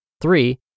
three